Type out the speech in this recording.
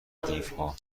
دیوها